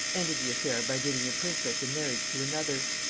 ended the affair by giving the princess in marriage to another.